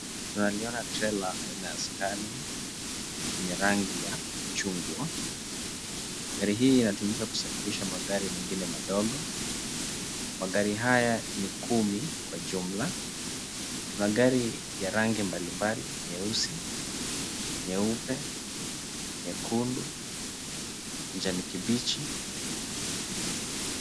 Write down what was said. Tunaliona trela aina ya scania yenye rangi ya chungwa. Gari hii inatumika kusafirisha magari mengine madogo. Magari haya ni kumi kwa jumla. Tuna gari ya rangi mbalimbali nyeusi, nyeupe, nyekundu, kijani kibichi.